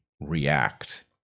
react